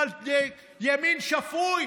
שיושב,